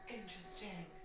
interesting